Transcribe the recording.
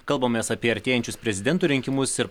kalbamės apie artėjančius prezidento rinkimus ir